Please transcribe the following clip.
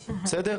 בסדר?